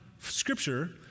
scripture